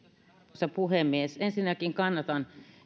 arvoisa puhemies ensinnäkin kannatan